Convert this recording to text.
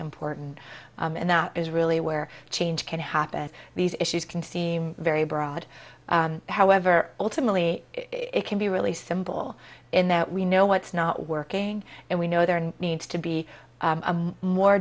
important and that is really where change can happen these issues can seem very broad however ultimately it can be really simple in that we know what's not working and we know there and needs to be a more